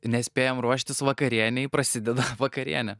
nespėjam ruoštis vakarienei prasideda vakarienė